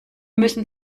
müssen